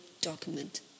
document